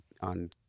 on